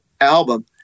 album